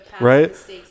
Right